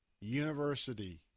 university